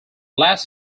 last